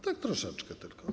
Tak troszeczkę tylko.